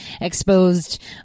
exposed